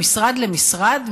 ממשרד למשרד,